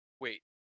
Wait